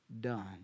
done